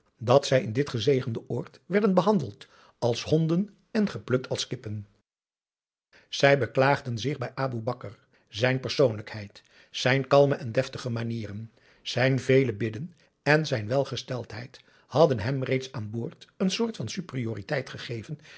dat zij in dit gezegende oord werden behandeld als honden en geplukt als kippen zij beklaagden zich bij aboe bakar zijn aum boe akar eel persoonlijkheid zijn kalme en deftige manieren zijn vele bidden en zijn welgesteldheid hadden hem reeds aan boord een soort van superioriteit gegeven